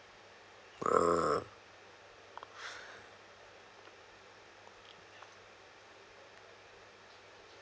ah